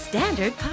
Standard